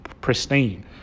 pristine